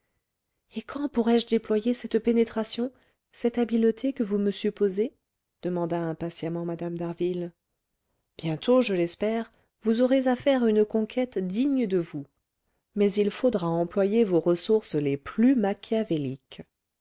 et quand pourrai-je déployer cette pénétration cette habileté que vous me supposez demanda impatiemment mme d'harville bientôt je l'espère vous aurez à faire une conquête digne de vous mais il faudra employer vos ressources les plus